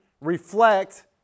reflect